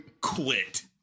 Quit